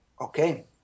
okay